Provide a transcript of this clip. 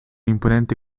imponente